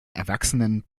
erwachsenen